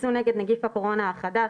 חיסון נגד נגיף הקורונה החדש,